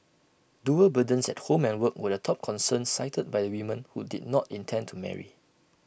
dual burdens at home and work were the top concern cited by the women who did not intend to marry